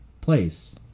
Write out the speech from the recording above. place